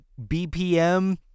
BPM